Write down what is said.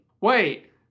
Wait